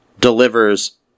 delivers